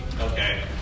okay